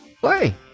Play